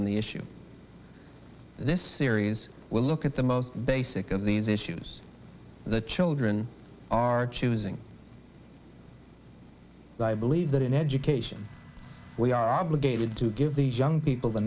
on the issue this series will look at the most basic of these issues that children are choosing and i believe that in education we are obligated to give the young people the